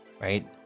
Right